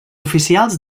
oficials